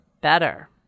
better